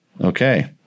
okay